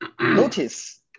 notice